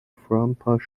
frampton